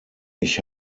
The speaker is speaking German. ich